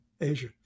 Asia